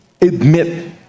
admit